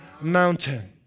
mountain